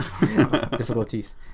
difficulties